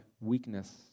weakness